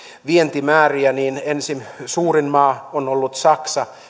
vientimääriä niin suurin maa oli saksa